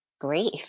grief